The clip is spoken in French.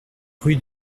rue